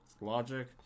logic